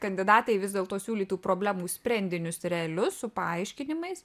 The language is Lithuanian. kandidatai vis dėlto siūlytų problemų sprendinius realius su paaiškinimais